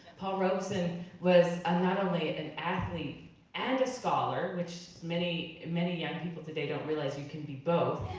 paul robeson was ah not only an athlete and a scholar, which many, many young people today don't realize you can be both,